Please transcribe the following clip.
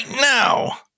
now